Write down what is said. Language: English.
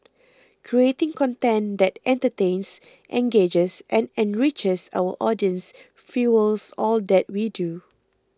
creating content that entertains engages and enriches our audiences fuels all that we do